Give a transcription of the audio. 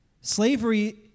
Slavery